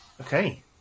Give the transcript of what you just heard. Okay